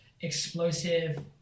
explosive